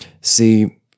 See